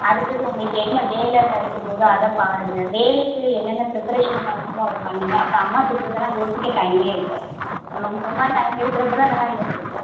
அடுத்தது உங்களுக்கு என்ன வேலை கிடைக்க போகுது அதை பாருங்கள் வேலைக்கு என்னென்ன ப்ரிப்பரேஷன் பண்ணணுமோ அதை பண்ணுங்கள் அப்புறம் அம்மா திட்டுறதுலாம் யோசிக்க டைமே இருக்காது நமக்கு சும்மா டைம் இருக்கிறப்ப தான் அதல்லாம் யோசிப்போம்